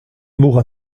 mourra